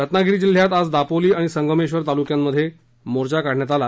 रत्नागिरी जिल्ह्यात आज दापोली आणि संगमेश्वर तालुक्यात मोर्चा काढण्यात आला